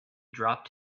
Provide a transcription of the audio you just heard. dropped